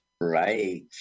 Right